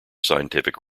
scientific